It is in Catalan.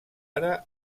ara